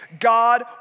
God